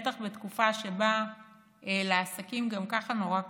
בטח בתקופה שבה לעסקים גם כך נורא קשה.